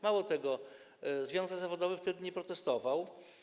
Mało tego, związek zawodowy wtedy nie protestował.